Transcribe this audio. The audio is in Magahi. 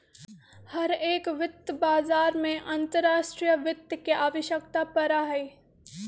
हर एक वित्त बाजार में अंतर्राष्ट्रीय वित्त के आवश्यकता पड़ा हई